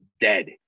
dead